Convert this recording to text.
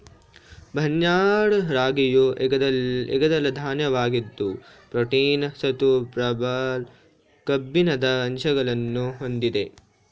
barnyard ರಾಗಿಯು ಏಕದಳ ಧಾನ್ಯವಾಗಿದ್ದು ಪ್ರೋಟೀನ್, ಸತ್ತು, ಫೈಬರ್, ಕಬ್ಬಿಣದ ಅಂಶಗಳನ್ನು ಹೊಂದಿದೆ